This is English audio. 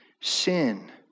sin